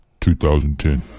2010